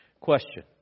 Question